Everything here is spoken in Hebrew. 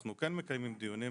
אנחנו כן מקיימים דיונים